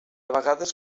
vegades